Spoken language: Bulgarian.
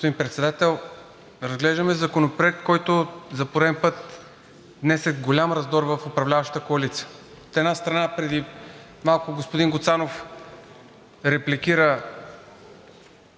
Господин Председател, разглеждаме Законопроект, който за пореден път внесе голям раздор в управляващата коалиция. От една страна, преди малко господин Гуцанов репликира